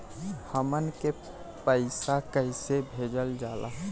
हमन के पईसा कइसे भेजल जाला?